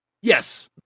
yes